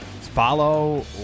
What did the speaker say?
follow